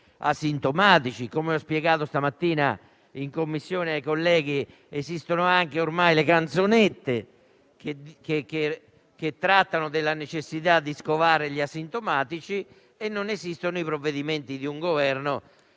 Come ho spiegato stamattina in Commissione ai colleghi, esistono ormai anche le canzonette che trattano della necessità di scovare gli asintomatici, ma non esistono i provvedimenti di un Governo